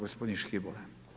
gospodin Škibola.